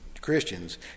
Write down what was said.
Christians